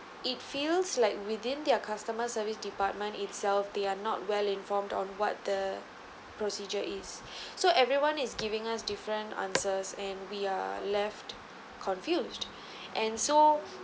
it feels like within their customer service department itself they are not well informed on what the procedure is so everyone is giving us different answers and we are left confused and so